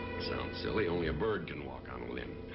sounds silly. only a bird can walk on a limb.